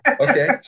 Okay